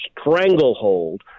stranglehold